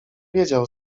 wiedział